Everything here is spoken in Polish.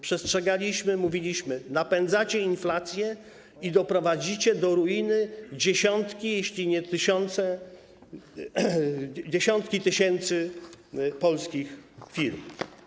Przestrzegaliśmy, mówiliśmy: napędzacie inflację i doprowadzicie do ruiny dziesiątki, jeśli nie tysiące, dziesiątki tysięcy polskich firm.